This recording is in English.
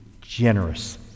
generous